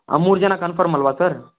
ಆ ಮೂರು ಜನ ಕನ್ಫರ್ಮ್ ಅಲ್ಲವಾ ಸರ್